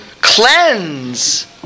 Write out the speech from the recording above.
cleanse